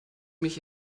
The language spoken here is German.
mich